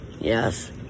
Yes